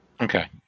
okay